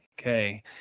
okay